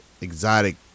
exotic